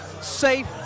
safe